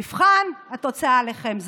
מבחן התוצאה עליהם.